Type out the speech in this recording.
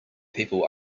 people